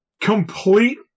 complete